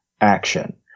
action